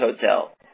Hotel